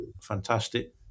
fantastic